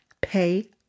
pay